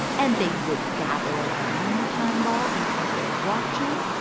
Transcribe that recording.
and they would gather around the time ball and set their watches.